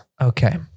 Okay